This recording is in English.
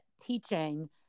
teaching